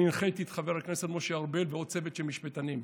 אני הנחיתי את חבר הכנסת משה ארבל ועוד צוות של משפטנים: